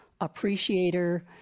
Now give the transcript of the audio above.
appreciator